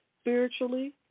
spiritually